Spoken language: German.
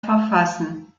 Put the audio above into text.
verfassen